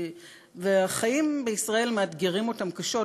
החיים בישראל מאתגרים אותם קשות.